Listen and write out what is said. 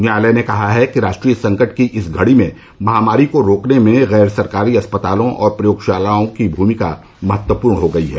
न्यायालय ने कहा कि राष्ट्रीय संकट की इस घड़ी में महामारी को रोकने में गैर सरकारी अस्पतालों और प्रयोगशालाओं की भूमिका महत्वपूर्ण हो गई है